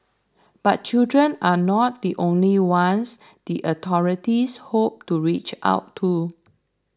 but children are not the only ones the authorities hope to reach out to